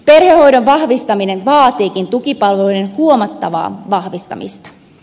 perhehoidon vahvistaminen vaatiikin tukipalveluiden huomattavaa vahvistamista